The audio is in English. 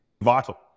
vital